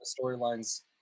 storylines